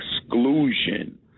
exclusion